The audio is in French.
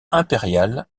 impérial